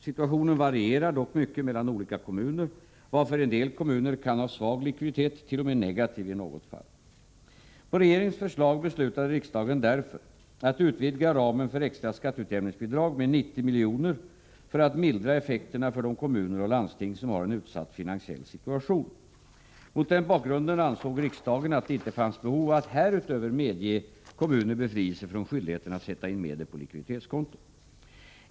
Situationen varierar dock mycket mellan olika kommuner, varför en del kommuner kan ha en svag likviditet, t.o.m. negativ i något fall. På regeringens förslag beslutade riksdagen därför att utvidga ramen för extra skatteutjämningsbidrag med 90 milj.kr. för att mildra effekterna för de kommuner och landsting som har en utsatt finansiell situation. Mot denna bakgrund ansåg riksdagen att det inte fanns behov att härutöver medge kommuner befrielse från skyldigheten att sätta in medel på likviditetskonto.